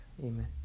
amen